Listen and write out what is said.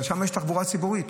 אבל שם יש תחבורה ציבורית.